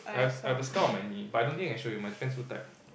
I have I have a scar on my knee but I don't think I can show you my pants so tight